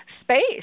space